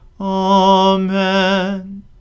Amen